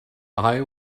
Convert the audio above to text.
eye